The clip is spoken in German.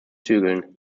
zügeln